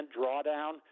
drawdown